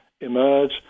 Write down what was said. emerge